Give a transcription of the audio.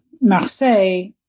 Marseille